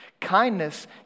Kindness